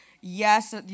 yes